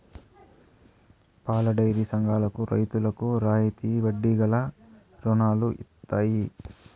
పాలడైరీ సంఘాలకు రైతులకు రాయితీ వడ్డీ గల రుణాలు ఇత్తయి